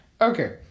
Okay